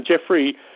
Jeffrey